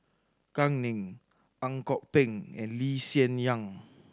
Gao Ning Ang Kok Peng and Lee Hsien Yang